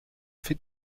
fais